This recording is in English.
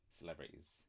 celebrities